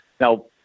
Now